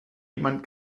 jemand